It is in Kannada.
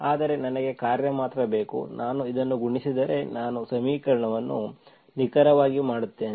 ಆದರೆ ನನಗೆ ಕಾರ್ಯ ಮಾತ್ರ ಬೇಕು ನಾನು ಇದನ್ನು ಗುಣಿಸಿದರೆ ನಾನು ಸಮೀಕರಣವನ್ನು ನಿಖರವಾಗಿ ಮಾಡುತ್ತೇನೆ